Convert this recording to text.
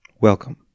Welcome